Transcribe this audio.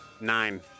Nine